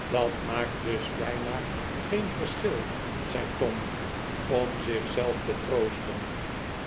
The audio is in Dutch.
dat maakt dus bijna geen verschil zei tom om zich zelf te troostem